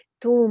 tu